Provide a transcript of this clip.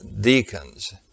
deacons